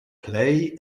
play